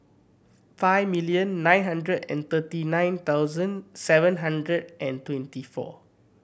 five million nine hundred and thirty nine thousand seven hundred and twenty four